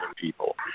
people